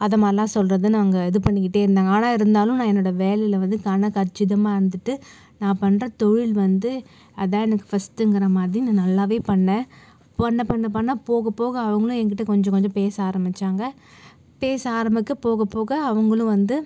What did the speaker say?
அதமாதிரிலாம் சொல்வது நாங்கள் இது பண்ணிகிட்டே இருந்தாங்க ஆனால் இருந்தாலும் நான் என்னோட வேலையில் வந்து கனகச்சிதமாக வந்துட்டு நான் பண்ணுற தொழில் வந்து அதான் எனக்கு ஃபர்ஸ்டுங்கிறா மாதிரி நல்லா பண்ணே பண்ண பண்ண போகப்போக அவுங்களும் என்கிட்ட கொஞ்சம் கொஞ்சம் பேச ஆரம்மிச்சாங்க பேச ஆரம்மிக்க போக போகப்போக அவுங்களும் வந்து